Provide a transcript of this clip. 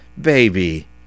Baby